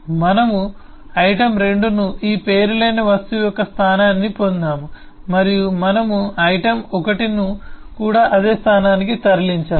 మనము ఐటమ్ 2 ను ఈ పేరులేని వస్తువు యొక్క స్థానాన్ని పొందాము మరియు మనము ఐటెమ్ 1 ను కూడా అదే స్థానానికి తరలించాము